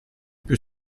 più